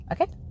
Okay